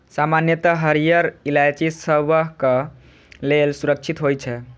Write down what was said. सामान्यतः हरियर इलायची सबहक लेल सुरक्षित होइ छै